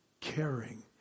caring